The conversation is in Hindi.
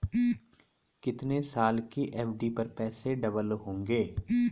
कितने साल की एफ.डी पर पैसे डबल होंगे?